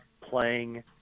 playing